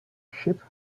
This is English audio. sheep